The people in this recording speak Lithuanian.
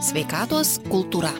sveikatos kultūra